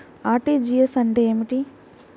RTGS అంటే ఏమిటి?